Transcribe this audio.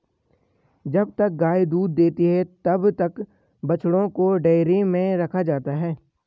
जब तक गाय दूध देती है तब तक बछड़ों को डेयरी में रखा जाता है